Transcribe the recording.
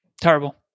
terrible